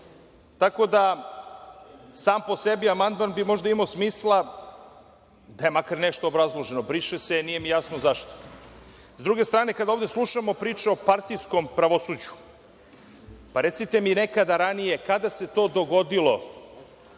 Tako da, sam po sebi amandman bi možda imao smisla da je makar nešto obrazloženo. Briše se, nije mi jasno zašto.S druge strane, kada ovde slušamo priču o partijskom pravosuđu, recite mi nekada ranije kada se to dogodilo